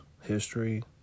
history